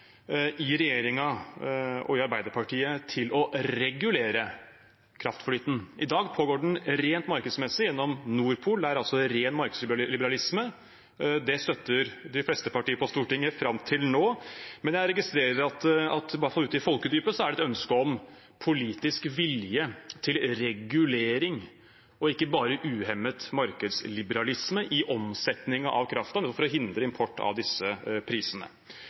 i regjeringen og i Arbeiderpartiet til å regulere kraftflyten? I dag pågår den rent markedsmessig gjennom Nord Pool, altså ren markedsliberalisme. Det har de fleste partier på Stortinget støttet fram til nå, men jeg registrerer at i hvert fall ute i folkedypet er det et ønske om politisk vilje til regulering og ikke bare uhemmet markedsliberalisme i omsetningen av kraft for å hindre import av disse prisene.